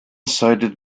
cited